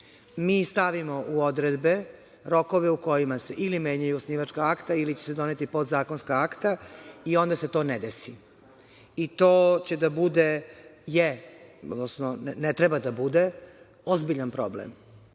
Mi stavimo u odredbe rokove u kojima se ili menjaju osnivačka akta ili će se doneti podzakonska akta i onda se to ne desi. I to će da bude, odnosno ne treba da bude ozbiljan problem.